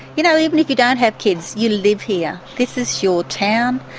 you know, even if you don't have kids, you live here this is your town.